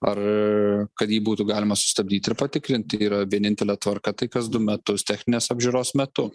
ar kad jį būtų galima sustabdyti patikrinti yra vienintelė tvarka tai kas du metus techninės apžiūros metu